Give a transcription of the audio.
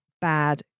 bad